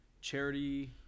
charity